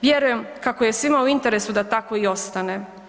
Vjerujem kako je svima u interesu da tako i ostane.